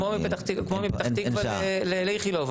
כמו מפתח תקווה לאיכילוב,